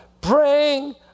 Bring